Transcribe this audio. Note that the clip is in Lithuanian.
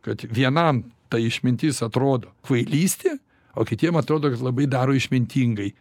kad vienam ta išmintis atrodo kvailystė o kitiem atrodo kad labai daro išmintingai